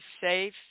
safe